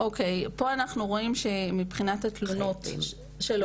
אוקיי, פה אנחנו רואים שמבחינת התלונות של עובדות.